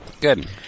Good